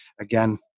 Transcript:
again